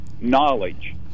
knowledge